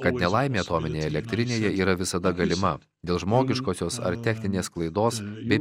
kad nelaimė atominėje elektrinėje yra visada galima dėl žmogiškosios ar techninės klaidos bei